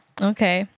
okay